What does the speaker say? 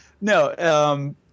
no